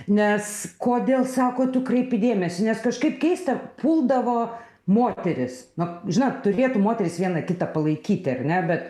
nes kodėl sako tu kreipi dėmesį nes kažkaip keista puldavo moterys nu žinot turėtų moterys viena kitą palaikyti ar ne bet